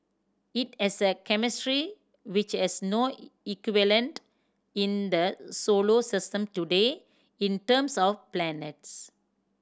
it has a chemistry which has no equivalent in the solar system today in terms of planets